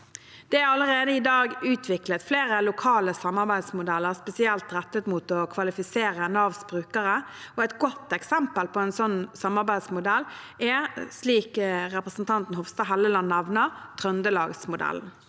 Det er allerede i dag utviklet flere lokale samarbeidsmodeller spesielt rettet mot å kvalifisere Navs brukere. Et godt eksempel på en slik samarbeidsmodell er, slik representanten Hofstad Helleland nevner, Trøndelagsmodellen.